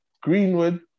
Greenwood